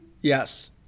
Yes